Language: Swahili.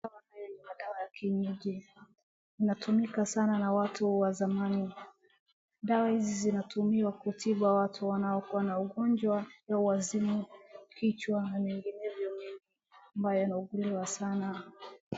Madawa hii ni madawa ya kienyeji, Inatumika sana na watu wa zamani. Dawa hizi zinatumiwa kutibu watu wanaokuwa na ugonjwa ya uwazimu kichwa na mengivyo mengi ambayo haukuna sana.